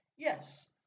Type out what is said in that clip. Yes